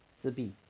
自闭